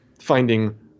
finding